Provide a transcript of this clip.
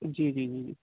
جی جی جی جی